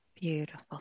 Beautiful